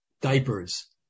diapers